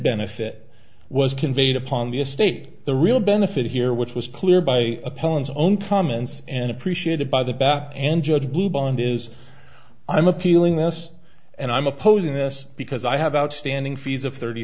benefit was conveyed upon the estate the real benefit here which was clear by opponents own comments and appreciated by the back and judge who bond is i'm appealing us and i'm opposing this because i have outstanding fees of thirty